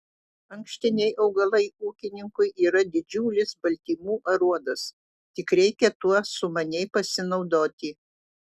ankštiniai augalai ūkininkui yra didžiulis baltymų aruodas tik reikia tuo sumaniai pasinaudoti